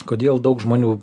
kodėl daug žmonių